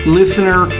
listener